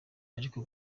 ariko